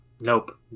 Nope